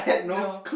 no